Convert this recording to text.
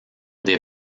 des